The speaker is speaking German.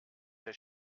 der